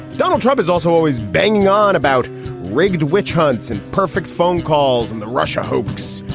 donald trump is also always banging on about rigged witch hunts and perfect phone calls in the russia hoax.